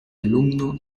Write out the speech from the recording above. alumno